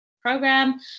program